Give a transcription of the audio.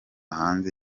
hanze